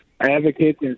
advocates